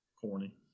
Corny